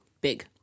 big